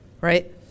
Right